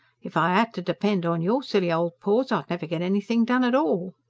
if i ad to depend on your silly old paws, i'd never get anything done at all.